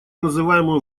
называемую